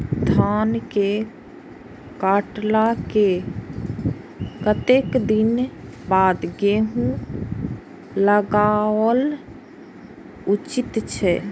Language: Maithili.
धान के काटला के कतेक दिन बाद गैहूं लागाओल उचित छे?